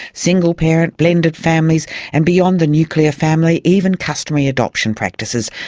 single parent, blended families and, beyond the nuclear family, even customary adoption practices.